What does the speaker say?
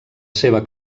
seva